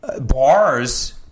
bars